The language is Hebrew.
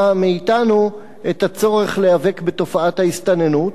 מאתנו את הצורך להיאבק בתופעת ההסתננות,